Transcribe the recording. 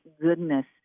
goodness